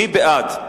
מי בעד?